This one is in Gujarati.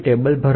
ટેબલ ભરો